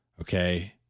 okay